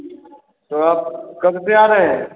तो आप कब से आ रहे हैं